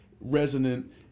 resonant